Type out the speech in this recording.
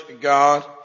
God